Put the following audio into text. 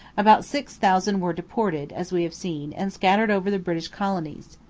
about six thousand were deported, as we have seen, and scattered over the british colonies.